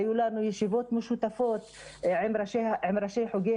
היו לנו ישיבות משותפות עם ראשי חוגי